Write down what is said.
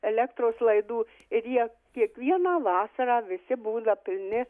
elektros laidų ir jie kiekvieną vasarą visi būna pilni